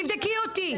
תבדקו אותי,